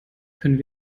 können